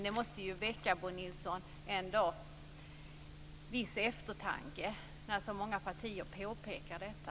Det måste ändå, Bo Nilsson, väcka en viss eftertanke när så många partier påpekar detta.